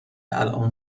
الان